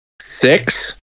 six